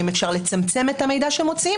האם אפשר לצמצם את המידע שמוציאים,